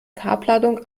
farbladung